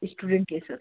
student के साथ